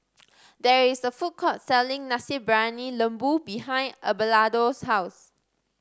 there is a food court selling Nasi Briyani Lembu behind Abelardo's house